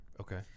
Okay